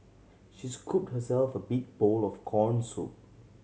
she scooped herself a big bowl of corn soup